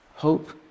Hope